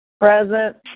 present